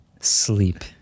sleep